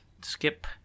skip